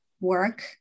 work